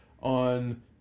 on